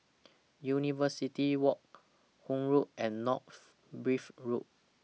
University Walk Hythe Road and North Bridge Road